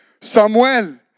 Samuel